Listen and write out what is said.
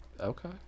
Okay